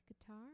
guitar